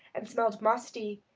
and smelled musty,